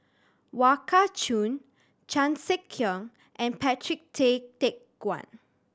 Wong Kah Chun Chan Sek Keong and Patrick Tay Teck Guan